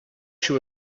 she